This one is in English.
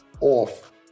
off